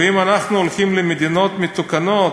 ואם אנחנו הולכים למדינות מתוקנות,